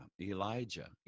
Elijah